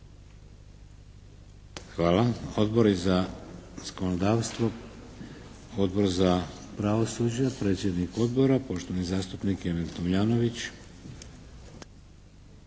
Hvala. Odbori za zakonodavstvo. Odbor za pravosuđe, predsjednik Odbora, poštovani zastupnik Emil Tomljanović.